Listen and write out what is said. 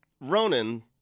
Ronan